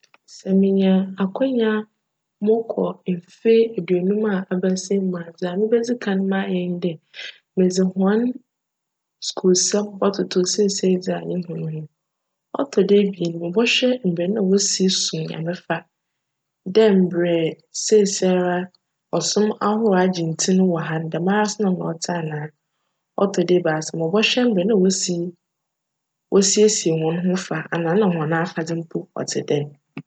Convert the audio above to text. Sj menya akwanya mokc mfe eduonum a abasin mu a, dza mebedzi kan ayj nye dj, medze hcn skuulsjm bctoto sesei dze a yehu no ho. Ctc do ebien, mobchwj mbrj nna wosi som Nyame fa, dj mbrj seseiara csom ahorow agye ntsin wc ha no, djmara so na nna ctse anaa? Ctc do ebiasa mobchwj mbrj nna wosi wosiesie hcnho fa, ana nna hcn afadze tse djn?